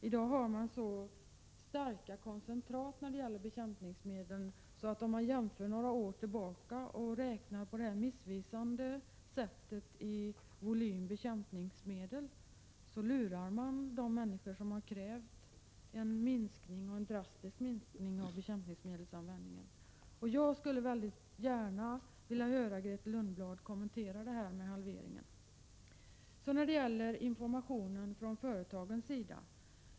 I dag är det så starka koncentrat av bekämpningsmedel, att om man jämför med förhållandena några år tillbaka och räknar på det missvisande sättet, i volym bekämpningsmedel, så lurar man de människor som har krävt en drastisk minskning av bekämpningsmedelsanvändningen. Jag skulle gärna vilja höra Grethe Lundblad kommentera denna halvering. Så till informationen från företagens sida.